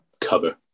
cover